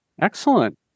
Excellent